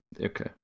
Okay